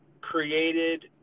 created